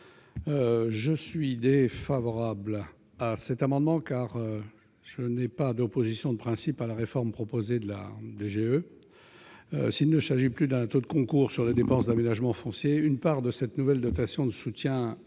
des départements. Je n'ai pas d'opposition de principe à la réforme proposée de la DGE. S'il ne s'agit plus d'un taux de concours sur les dépenses d'aménagement foncier, une part de cette nouvelle dotation de soutien est